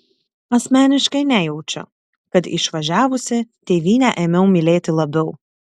asmeniškai nejaučiu kad išvažiavusi tėvynę ėmiau mylėti labiau